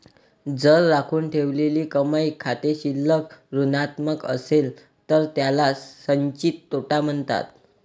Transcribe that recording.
जर राखून ठेवलेली कमाई खाते शिल्लक ऋणात्मक असेल तर त्याला संचित तोटा म्हणतात